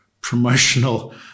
promotional